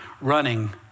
running